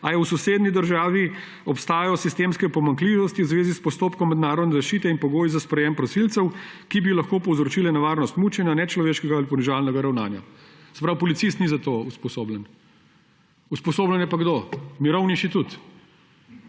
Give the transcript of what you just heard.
ali je v sosednji državi obstajajo sistemske pomanjkljivosti v zvezi s postopki mednarodne zaščite in pogoji za sprejem prosilcev, ki bi lahko povzročile nevarnost mučenja, nečloveškega ali poniževalnega ravnanja? Se pravi, policist ni za to usposobljen. Usposobljen je pa – kdo? Mirovni